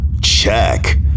check